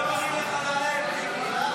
חברי הכנסת, נא לא להפריע להצבעה.